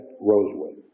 Rosewood